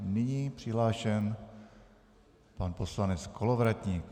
Nyní je přihlášen pan poslanec Kolovratník.